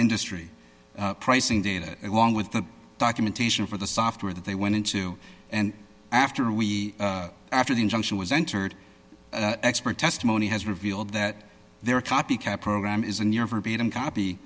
industry pricing data along with the documentation for the software that they went into and after we after the injunction was entered expert testimony has revealed that there are copycat program isn't your verbatim copy